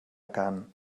cant